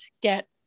get